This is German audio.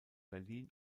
berlin